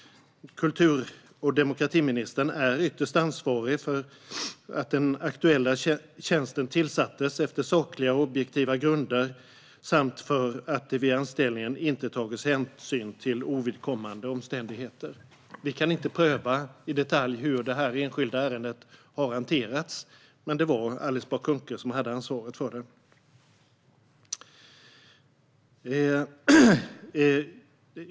Kultur och demokratiministern är ytterst ansvarig för att den aktuella tjänsten tillsattes på sakliga och objektiva grunder samt för att det vid anställningen inte tagits hänsyn till ovidkommande omständigheter. Vi kan inte i detalj pröva hur det enskilda ärendet har hanterats, men det var Alice Bah Kuhnke som hade ansvaret för det.